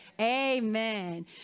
Amen